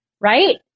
right